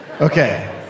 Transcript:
Okay